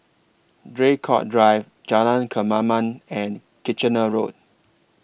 Draycott Drive Jalan Kemaman and Kitchener Road